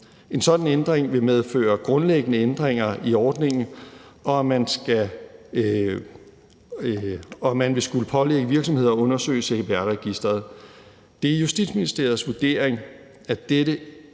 En sådan ændring vil medføre grundlæggende ændringer i ordningen, og man vil skulle pålægge virksomhederne at undersøge CPR-registeret. Det er Justitsministeriets vurdering, at dette